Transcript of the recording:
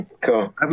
Cool